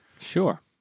Sure